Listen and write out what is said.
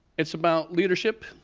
it's about leadership,